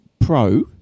Pro